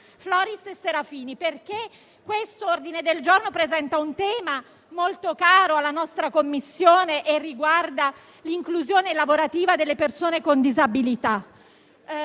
Floris e Serafini perché tocca un tema molto caro alla nostra Commissione che riguarda l'inclusione lavorativa delle persone con disabilità.